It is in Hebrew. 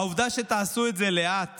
העובדה שתעשו את זה לאט